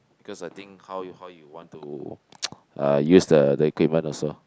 because I think how you how you want to uh use the the equipment also